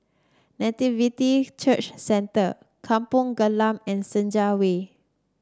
Nativity Church Centre Kampong Glam and Senja Way